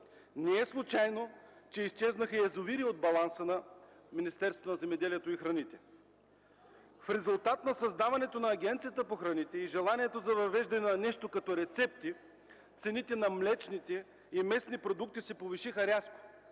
Не е случайно, че изчезнаха язовири от баланса на Министерството на земеделието и храните. В резултат на създаването на Агенцията по храните и желанието за въвеждане на нещо като рецепти цените на млечните и месни продукти се повишиха рязко.